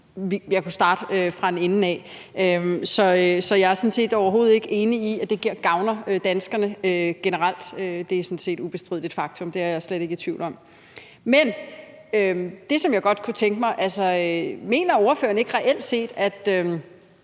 Jeg kunne starte fra en ende af. Så jeg er sådan set overhovedet ikke enig i, at det her gavner danskerne generelt. Det er sådan set et ubestrideligt faktum. Det er jeg slet ikke i tvivl om. Men det, som jeg godt kunne tænke mig at høre, er, om ordføreren reelt set